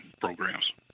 programs